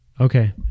okay